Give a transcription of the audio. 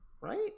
right